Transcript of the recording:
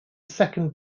second